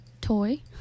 toy